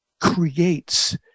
creates